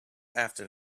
after